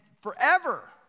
forever